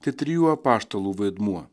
tai trijų apaštalų vaidmuo